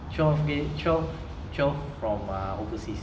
twelve day twelve twelve from ah overseas